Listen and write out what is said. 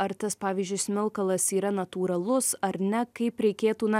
ar tas pavyzdžiui smilkalas yra natūralus ar ne kaip reikėtų na